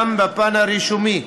גם בפן הרישומי,